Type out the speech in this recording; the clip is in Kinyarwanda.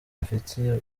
afitiye